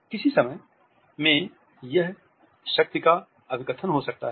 किसी समय में यह शक्ति का अभिकथन हो सकता है